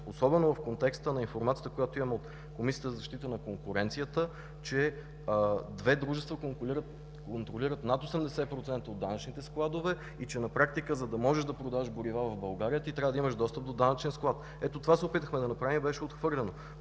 особено в контекста на информацията, която имаме от Комисията за защита на конкуренцията, че две дружества контролират над 80% от данъчните складове и че на практика, за да можеш да продаваш горива в България, трябва да имаш достъп до данъчен склад. Ето това се опитахме да направим и беше отхвърлено.